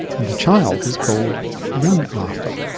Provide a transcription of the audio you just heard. and the child is called young arthur.